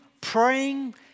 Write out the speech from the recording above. praying